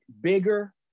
bigger